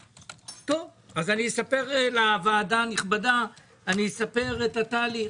טוב, אז אספר לוועדה הנכבדה את התהליך.